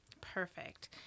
Perfect